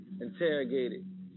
interrogated